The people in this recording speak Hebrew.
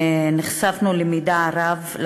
נחשפנו למידע רב,